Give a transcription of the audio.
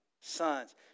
sons